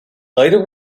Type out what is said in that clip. later